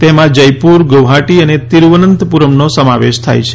તેમાં જયપુર ગ્વાહાટી અને તિરુવનંતપુરમનો સમાવેશ થાય છે